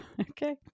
okay